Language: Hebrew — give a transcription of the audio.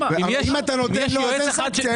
אם אתה נותן לו, אז אין בעיה.